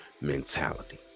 mentality